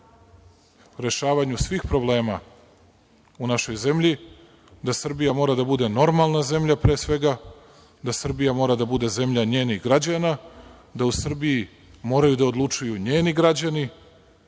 rešavanju svih problema u našoj zemlji, da Srbija mora da bude normalna zemlja pre svega, da Srbija mora da bude zemlja njenih građana, da u Srbiji moraju da odlučuju njeni građani